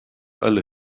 alle